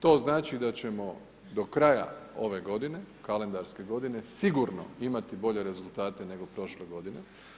To znači da ćemo do kraja ove godine, kalendarske godine, sigurno imati bolje rezultate nego prošle godine.